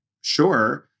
Sure